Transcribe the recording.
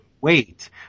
wait